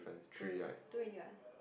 two two already what